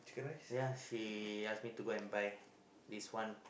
ya she ask me to go and buy this one